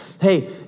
Hey